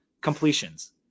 completions